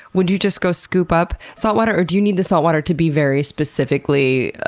would you just go scoop up saltwater, or do you need to saltwater to be very specifically,